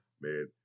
man